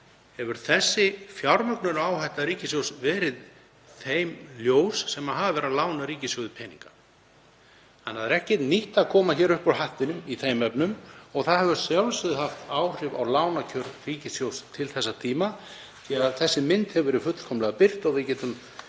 hefur þessi fjármögnunaráhætta ríkissjóðs verið þeim ljós sem hafa verið að lána ríkissjóði peninga. Það er ekkert nýtt að það komi hér upp úr hattinum í þeim efnum og það hefur að sjálfsögðu haft áhrif á lánakjör ríkissjóðs til þessa tíma því að þessi mynd hefur verið fullkomlega birt. Við getum